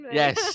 yes